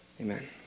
Amen